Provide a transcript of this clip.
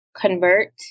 convert